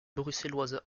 bruxelloise